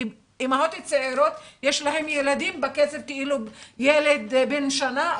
כי אימהות צעירות יש להן ילדים בקצב של ילד בן שנה,